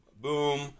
boom